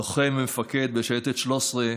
לוחם ומפקד בשייטת 13,